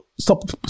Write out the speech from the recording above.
Stop